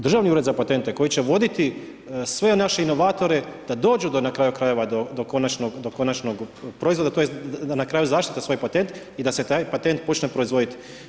Državni ured za patente koji će voditi sve naše inovatore da dođu do na kraju krajeva, konačnog proizvoda tj. da na kraju zaštite svoj patent i da se taj patent počne proizvoditi.